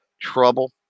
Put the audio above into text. trouble